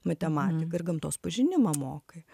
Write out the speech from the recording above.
matematiką ir gamtos pažinimą mokai